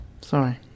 Sorry